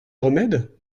remède